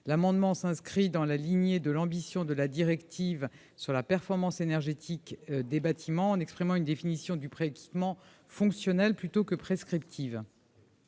amendement s'inscrit dans la lignée de l'ambition de la directive sur la performance énergétique des bâtiments en énonçant une définition du pré-équipement fonctionnelle plutôt que prescriptive.